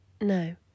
No